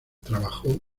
trabajó